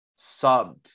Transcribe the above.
subbed